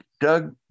doug